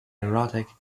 erotic